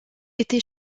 été